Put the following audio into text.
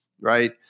Right